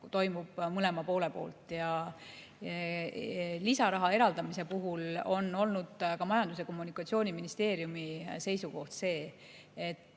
toimub mõlema poole poolt. Lisaraha eraldamise puhul on olnud ka Majandus‑ ja Kommunikatsiooniministeeriumi seisukoht see, et